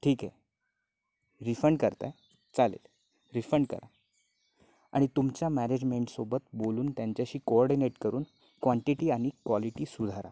ठीक आहे रिफंड करताय चालेल रिफंड करा आणि तुमच्या मॅनेजमेंटसोबत बोलून त्यांच्याशी कोऑर्डिनेट करून क्वांटिटी आणि क्वालिटी सुधारा